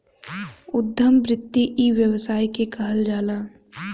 उद्यम वृत्ति इ व्यवसाय के कहल जाला